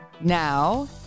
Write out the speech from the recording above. Now